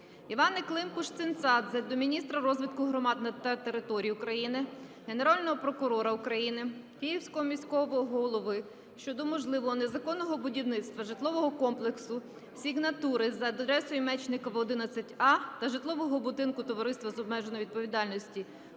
Іванни Климпуш-Цинцадзе до міністра розвитку громад та територій України, Генерального прокурора України, Київського міського голови щодо можливого незаконного будівництва Житлового Комплексу "Signature", за адресою: Мечникова, 11А та житлового будинку Товариства з обмеженою відповідальністю